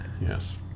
Yes